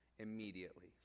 immediately